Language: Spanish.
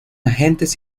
agentes